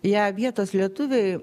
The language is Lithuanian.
ją vietos lietuviai